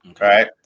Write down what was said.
Right